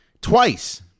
twice